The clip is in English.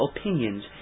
opinions